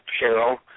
Cheryl